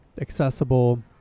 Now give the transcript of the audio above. accessible